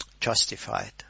justified